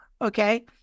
okay